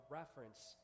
reference